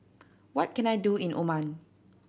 what can I do in Oman